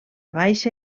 baixa